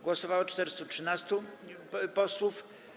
Głosowało 413 posłów.